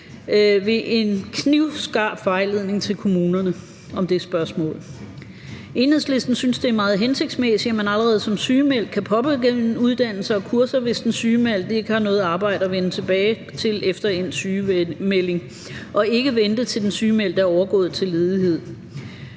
ved en knivskarp vejledning til kommunerne om det spørgsmål. Enhedslisten synes, det er meget hensigtsmæssigt, at man allerede som sygemeldt kan påbegynde uddannelse og kurser, hvis man ikke har noget arbejde at vende tilbage til efter endt sygemelding, og at man ikke skal vente til, at den sygemeldte er overgået til ledighed.